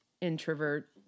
introvert